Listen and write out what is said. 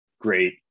great